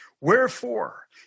Wherefore